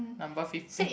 number fifteen